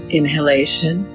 inhalation